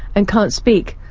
and can't speak,